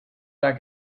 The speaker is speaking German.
der